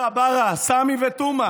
יאללה, יאללה, ברא, סמי ותומא.